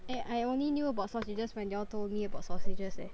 eh I only knew about sausages when y'all told me about sausages eh